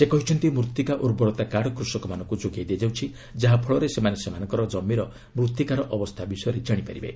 ସେ କହିଛନ୍ତି ମୂତ୍ତିକା ଉର୍ବରତା କାର୍ଡ଼ କୃଷକମାନଙ୍କୁ ଯୋଗାଇ ଦିଆଯାଉଛି ଯାହାଫଳରେ ସେମାନେ ସେମାନଙ୍କର କମିର ମୃତ୍ତିକାର ଅବସ୍ଥା ବିଷୟରେ ଜାଣିପାରିବେ